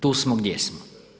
Tu smo gdje smo.